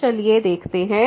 तो चलिए देखते हैं